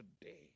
today